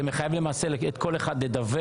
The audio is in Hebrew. זה מחייב למעשה כל אחד לדווח.